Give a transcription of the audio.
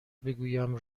بگویم